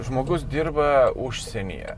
žmogus dirba užsienyje